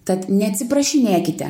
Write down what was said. tad neatsiprašinėkite